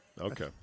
Okay